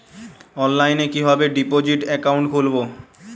অনলাইনে কিভাবে deposit account খুলবো?